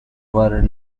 were